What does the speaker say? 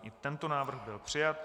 I tento návrh byl přijat.